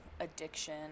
Addiction